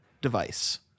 device